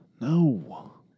No